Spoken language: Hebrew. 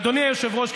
ואדוני היושב-ראש,